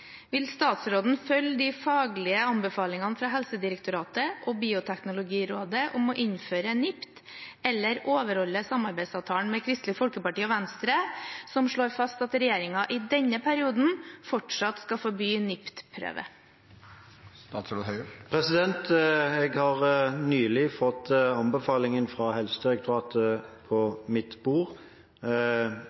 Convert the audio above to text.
Vil statsråden følge de faglige anbefalingene fra Helsedirektoratet og Bioteknologirådet om å innføre NIPT, eller overholde samarbeidsavtalen med Kristelig Folkeparti og Venstre som slår fast at regjeringen i denne perioden fortsatt skal forby NIPT-prøve?» Jeg har nylig fått anbefalingen fra Helsedirektoratet på mitt bord.